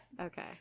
Okay